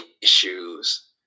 issues